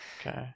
Okay